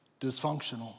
dysfunctional